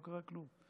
לא קרה כלום,